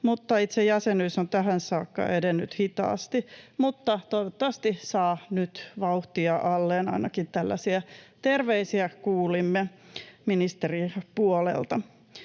itse jäsenyys on tähän saakka edennyt hitaasti. Toivottavasti se saa nyt vauhtia alleen — ainakin tällaisia terveisiä kuulimme ministerin puolelta.